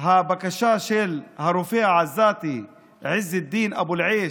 הבקשה של הרופא העזתי עז א-דין אבו אל-עייש,